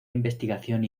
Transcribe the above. investigación